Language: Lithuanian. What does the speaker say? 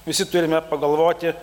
visi turime pagalvoti